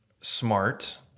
smart